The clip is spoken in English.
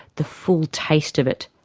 the full taste of it.